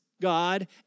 God